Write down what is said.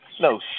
No